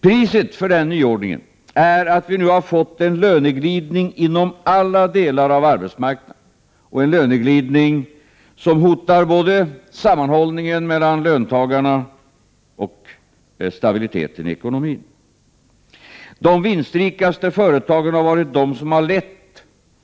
Priset för den nyordningen är att vi nu har fått en löneglidning inom alla delar av arbetsmarknaden som hotar både sammanhållningen mellan löntagarna och stabiliteten i ekonomin. De vinstrikaste företagen har varit de som lett